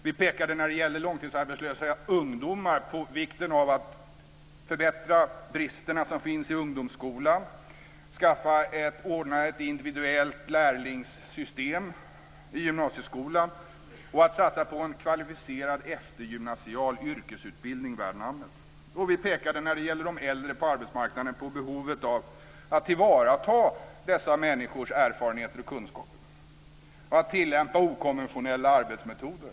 Vi pekade när det gäller långtidsarbetslösa ungdomar på vikten av att avhjälpa de brister som finns i ungdomsskola, ordna ett individuellt lärlingssystem i gymnasieskolan och satsa på en kvalificerad eftergymnasial yrkesutbildning värd namnet. Vi pekade när det gäller de äldre på arbetsmarknaden på behovet av att tillvarata dessa människors erfarenheter och kunskaper och att tillämpa okonventionella arbetsmetoder.